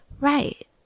right